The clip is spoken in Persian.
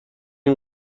این